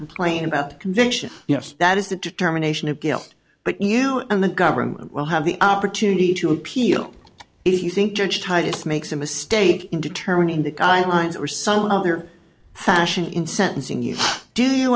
complain about convention yes that is the determination of guilt but you and the government will have the opportunity to appeal if you think church titus makes a mistake in determining the guidelines or some other passion in sentencing you do you